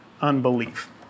unbelief